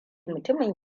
mutumin